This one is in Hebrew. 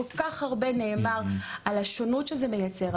כל כך הרבה נאמר על השונות שזה מייצר,